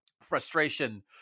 frustration